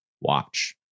watch